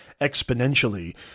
exponentially